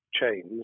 chains